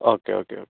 okay okay oh